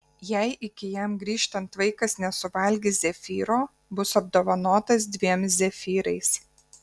jei iki jam grįžtant vaikas nesuvalgys zefyro bus apdovanotas dviem zefyrais